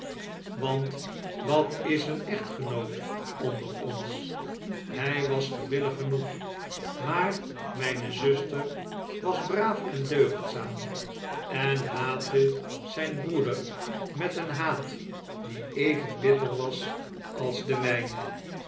want wat is een echtgenoot onder ons hj was gewillig genoeg maar mn'ne zuster was braaf en deugdzaam en haatte zn'n broeder met een haat die even bitter was als de mijne